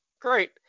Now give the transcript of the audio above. great